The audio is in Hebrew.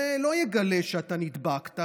זה לא יגלה שנדבקת,